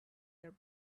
their